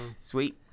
sweet